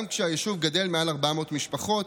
גם כשהישוב גדל מעל 400 משפחות,